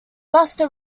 buster